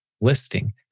listing